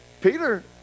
Peter